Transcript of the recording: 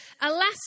alas